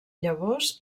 llavors